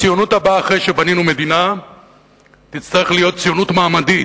הציונות הבאה אחרי שבנינו מדינה תצטרך להיות ציונות מעמדית.